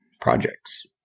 projects